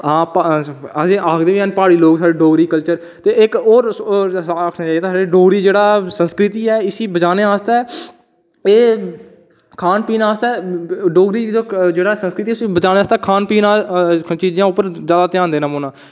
आं असेंगी आक्खदे गै न प्हाड़ी लोग डोगरेी कल्चर ते इक्क ओह् डोगरी जेह्की संस्कृति इसी बचानै आस्तै एह् खान पीन आस्तै डोगरी जेह्की संस्कृति बचानै आस्तै खान पीन दी चीज़ें उप्पर बड़ा ध्यान देना पौना